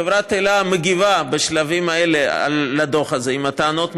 חברת אל"ה מגיבה בשלבים האלה על הדוח הזה עם טענות משלה.